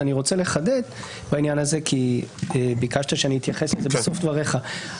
אני רוצה לחדד בעניין הזה כי ביקשת שאני אתייחס לזה בסוף דבריך.